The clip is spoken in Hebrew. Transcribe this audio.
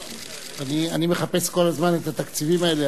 אני מחפש כל הזמן את התקציבים האלה,